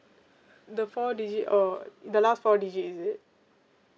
the four digit or the last four digit is it